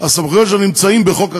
הסמכויות שלה נמצאות בחוק החסינות,